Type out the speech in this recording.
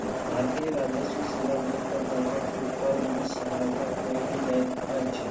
भारतीय राजस्व सेवा में करदाता के कर में सहायता कयल जाइत अछि